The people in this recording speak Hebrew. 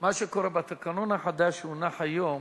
מה שקורה לפי התקנון החדש שהונח היום,